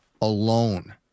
alone